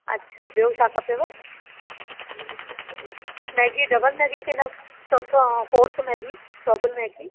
अच्छा ॿियो छा खपेव मैगी डबल मैगी कि न चौथो हाफ फोर्थ मैगी चौबल मैगी